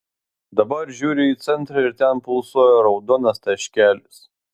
dabar žiūriu į centrą ir ten pulsuoja raudonas taškelis